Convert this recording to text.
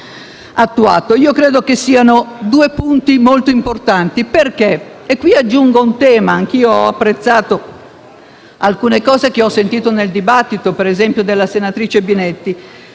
Credo che siano due punti molto importanti e a questo proposito aggiungo un tema. Anch'io ho apprezzato alcuni elementi che ho sentito nel dibattito, per esempio dalla senatrice Binetti,